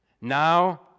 Now